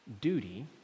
duty